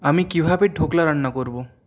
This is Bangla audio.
আমি কিভাবে ঢোকলা রান্না করব